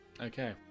Okay